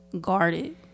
guarded